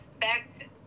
back